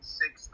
six